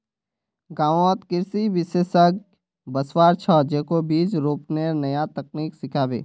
गांउत कृषि विशेषज्ञ वस्वार छ, जेको बीज रोपनेर नया तकनीक सिखाबे